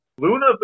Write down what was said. Luna